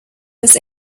was